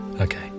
Okay